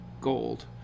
gold